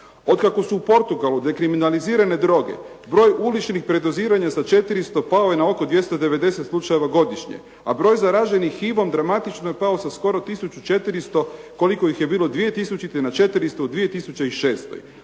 Od kako su u Portugalu dekriminilarizirane droge, broj uličnih predoziranja sa 400 pao je na oko 290 slučajeva godišnje, a broj zaraženih HIV-om dramatično je pao sa skoro tisuću 400 koliko ih je bilo 2000. na 400 u 2006.